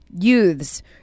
youths